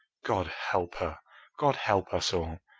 god help her god help us all!